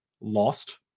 lost